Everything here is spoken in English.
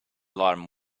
alarm